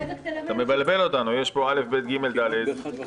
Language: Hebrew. אתה מבלבל אותנו, יש פה א', ב', ג', ד'.